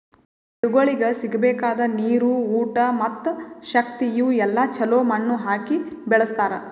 ಗಿಡಗೊಳಿಗ್ ಸಿಗಬೇಕಾದ ನೀರು, ಊಟ ಮತ್ತ ಶಕ್ತಿ ಇವು ಎಲ್ಲಾ ಛಲೋ ಮಣ್ಣು ಹಾಕಿ ಬೆಳಸ್ತಾರ್